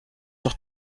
doch